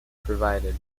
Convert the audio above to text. provided